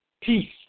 peace